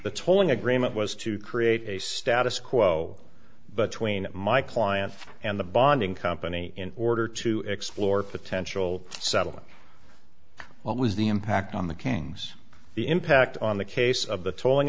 the tolling agreement was to create a status quo but tween my client and the bonding company in order to explore potential settlement what was the impact on the kings the impact on the case of the tollin